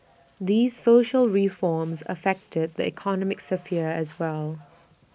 these social reforms affect the economic sphere as well